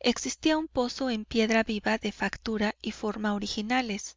existía un pozo en piedra viva de factura y forma originales